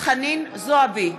חנין זועבי,